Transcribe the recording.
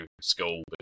school